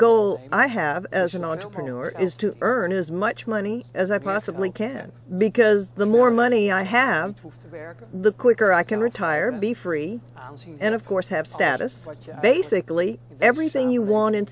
goal i have as an entrepreneur is to earn as much money as i possibly can because the more money i have to bear the quicker i can retire be free and of course have status basically everything you want in